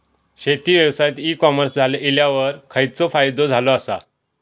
शेती व्यवसायात e commerce इल्यावर खयचो फायदो झालो आसा?